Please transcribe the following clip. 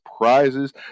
prizes